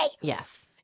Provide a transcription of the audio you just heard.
yes